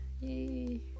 yay